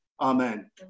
Amen